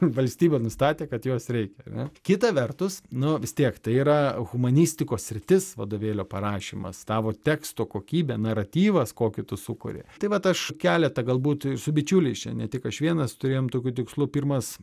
valstybė nustatė kad jos reikia ar ne kita vertus nu vis tiek tai yra humanistikos sritis vadovėlio parašymas tavo teksto kokybė naratyvas kokį tu sukuri tai vat aš keletą galbūt su bičiuliais čia ne tik aš vienas turėjome tokių tikslų pirmas